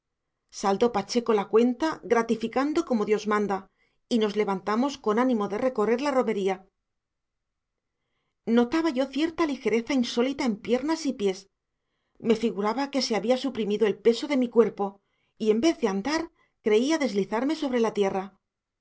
saldó pacheco la cuenta gratificando como dios manda y nos levantamos con ánimo de recorrer la romería notaba yo cierta ligereza insólita en piernas y pies me figuraba que se había suprimido el peso de mi cuerpo y en vez de andar creía deslizarme sobre la tierra